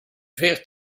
ver